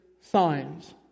signs